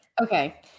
Okay